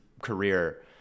career